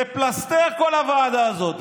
זה פלסטר, כל הוועדה הזאת.